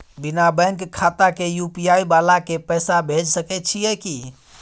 बिना बैंक खाता के यु.पी.आई वाला के पैसा भेज सकै छिए की?